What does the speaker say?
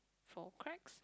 four cracks